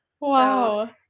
wow